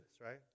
right